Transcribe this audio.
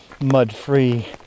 mud-free